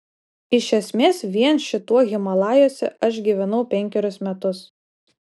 iš esmės vien šituo himalajuose aš gyvenau penkerius metus